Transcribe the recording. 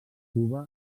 cuba